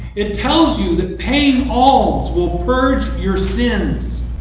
it tells you that paying alms will purge your sins.